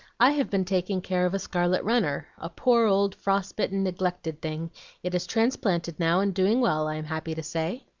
i have been taking care of a scarlet runner a poor old frost-bitten, neglected thing it is transplanted now, and doing well, i'm happy to say.